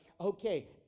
okay